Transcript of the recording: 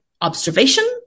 observation